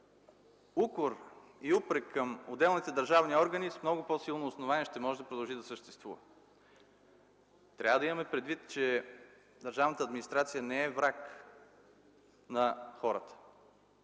укор и упрек към отделните държавни органи, с много по-силно основание ще може да продължи да съществува. Трябва да имаме предвид, че държавната администрация не е враг на хората.